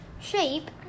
shape